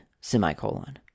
semicolon